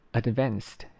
，advanced